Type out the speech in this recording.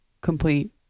complete